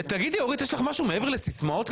תגידי, יש לך משהו מעבר לסיסמאות?